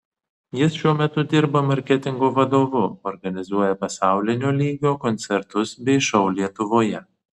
jis šiuo metu dirba marketingo vadovu organizuoja pasaulinio lygio koncertus bei šou lietuvoje